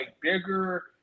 bigger